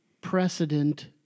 precedent